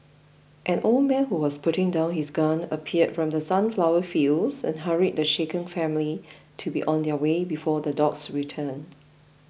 an old man who was putting down his gun appeared from the sunflower fields and hurried the shaken family to be on their way before the dogs return